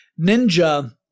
Ninja